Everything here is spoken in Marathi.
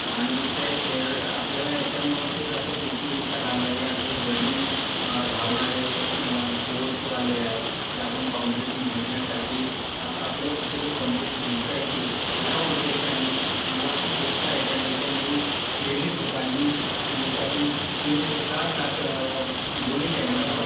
आणि ते प्याल आपल्याला याच्यामुळंं की जसं पी टी उषा झालं या जे रनिंग धावणारे स्पोर्टवाले आहे की आपण कॉम्पिटिशन जिंकण्यासाठी आता आपल्याला कुठली तरी कॉम्पिटिशन जिंकायची या उद्देशानी मला खूप उत्साह येते आणि त्याच्यामुळे मी प्रेरित होतो आणि मी दिवसातून तीन ते चार तास दोन्ही टाईमला धावतो